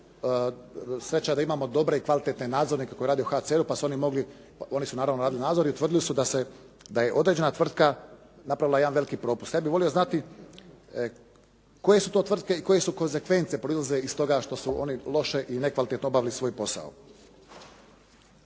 Sreća da imamo dobre i kvalitetne nadzornike koji rade u HCR-u pa su oni mogli, oni su naravno radili nadzor i utvrdili su da se, da je određena tvrtka napravila jedan veliki propust. Ja bih volio znati koje su to tvrtke i koje su konzekvence proizlaze iz toga što su oni loše ili nekvalitetno obavili svoj posao.